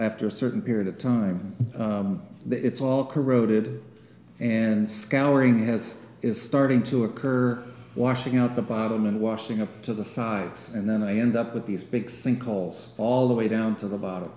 after a certain period of time it's all corroded and scouring has is starting to occur washing out the bottom and washing up to the sides and then i end up with these big sink holes all the way down to the bottom